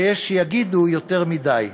ויש שיגידו, יותר מדי.